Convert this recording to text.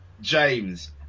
James